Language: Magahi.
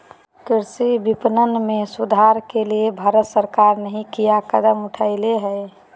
कृषि विपणन में सुधार के लिए भारत सरकार नहीं क्या कदम उठैले हैय?